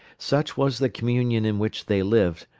such was the communion in which they lived,